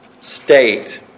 state